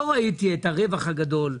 לא ראיתי את הרווח הגדול.